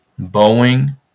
Boeing